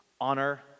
Honor